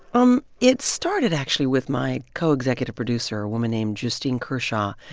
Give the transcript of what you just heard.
um it started, actually, with my co-executive producer, a woman named justine kershaw,